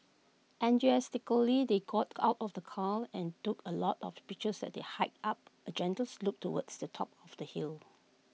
enthusiastically they got out of the car and took A lot of pictures as they hiked up A gentle slope towards the top of the hill